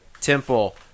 Temple